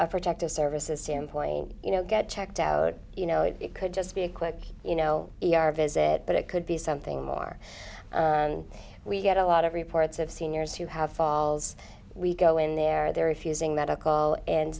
a protective services standpoint you know get checked out you know it could just be a quick you know e r visit but it could be something more and we get a lot of reports of seniors who have falls we go in there they're refusing medical and